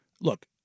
Look